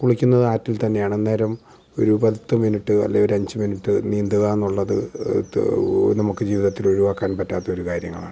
കുളിക്കുന്നത് ആറ്റിൽ തന്നെയാണ് അന്നേരം ഒരു പത്ത് മിനിറ്റ് അല്ലെങ്കിൽ ഒരഞ്ച് മിനിറ്റ് നീന്തുകയെന്നുള്ളത് നമുക്ക് ജീവിതത്തിൽ ഒഴിവാക്കാൻ പറ്റാത്തയൊരു കാര്യങ്ങളാണ്